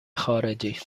خارجی